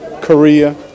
Korea